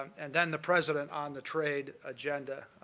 and, then, the president on the trade agenda.